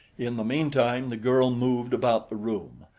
in the meantime the girl moved about the room,